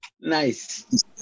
nice